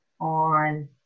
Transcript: on